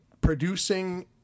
producing